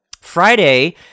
Friday